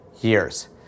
years